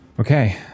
Okay